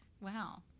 Wow